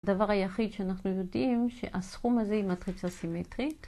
הדבר היחיד שאנחנו יודעים שהסכום הזה היא מטריצה סימטרית.